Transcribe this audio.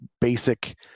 basic